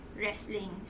wrestling